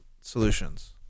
Solutions